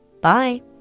Bye